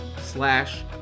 slash